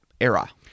era